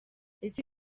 ese